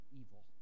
evil